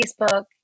Facebook